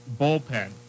bullpen